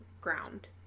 ground